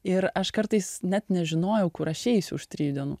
ir aš kartais net nežinojau kur aš eisiu už trijų dienų